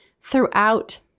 throughout